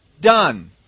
done